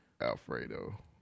Alfredo